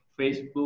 Facebook